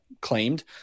claimed